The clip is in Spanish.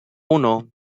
uno